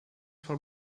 for